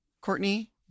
Courtney